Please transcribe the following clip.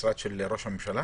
משרד ראש הממשלה?